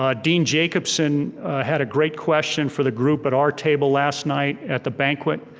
ah dean jacobsen had a great question for the group at our table last night at the banquet.